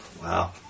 wow